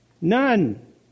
None